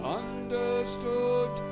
understood